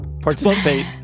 participate